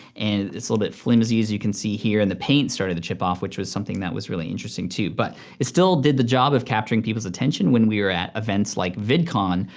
and it's ah bit flimsy as you can see here, and the paint started to chip off, which was something that was really interesting, too. but it still did the job of capturing people's attention when we were at events like vid con,